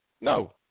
No